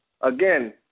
again